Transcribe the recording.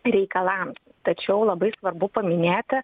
reikalams tačiau labai svarbu paminėti